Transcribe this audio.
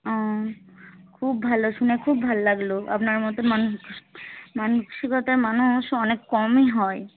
ও খুব ভালো শুনে খুব ভালো লাগল আপনার মতন মানসিকতার মানুষ অনেক কমই হয়